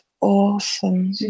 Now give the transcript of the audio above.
awesome